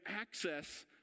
access